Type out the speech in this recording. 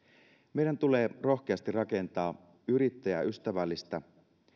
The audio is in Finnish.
meidän tulee rohkeasti rakentaa yrittäjäystävällistä